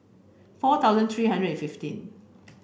four thousand three hundred and fifteen